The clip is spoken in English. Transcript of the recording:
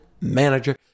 manager